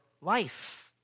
life